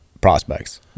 prospects